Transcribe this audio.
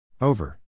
over